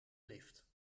lift